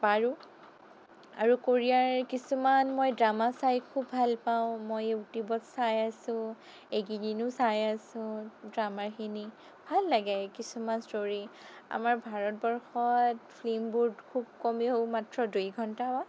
আৰু আৰু কোৰিয়াৰ কিছুমান মই ড্ৰামা চাই খুব ভাল পাওঁ মই ইউটিউবত চাই আছোঁ এইকেইদিনো চাই আছোঁ ড্ৰামাখিনি ভাল লাগে কিছুমান ষ্ট'ৰি আমাৰ ভাৰতবৰ্ষত ফিল্মবোৰ খুব কমেও মাত্ৰ দুই ঘণ্টা